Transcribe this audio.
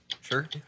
Sure